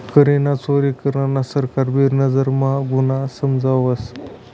करनी चोरी करान सरकार भी नजर म्हा गुन्हा समजावस